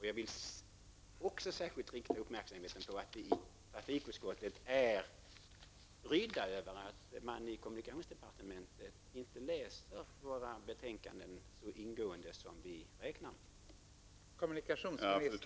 Jag vill särskilt rikta uppmärksamheten på att vi i trafikutskottet är besvikna över att man i kommunikationsdepartementet inte läser våra betänkanden så ingående som vi hade räknat med.